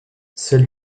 seuls